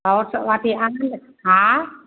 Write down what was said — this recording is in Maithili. आओर सभ अथी आनलियै हँ